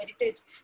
heritage